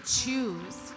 choose